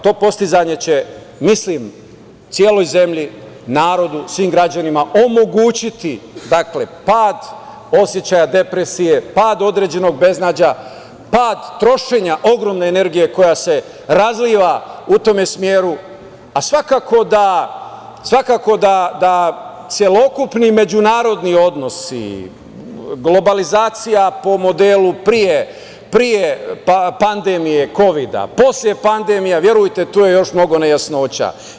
To postizanje će, mislim celoj zemlji, narodu, svim građanima omogućiti pad osećaja depresije, pad određenog beznađa, pad trošenja ogromne energije koja se razliva u tom smeru, a svakako da celokupni međunarodni odnosi, globalizacija po modelu pre pandemije kovida, posle pandemije, verujte tu je još mnogo nejasnoća.